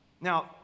Now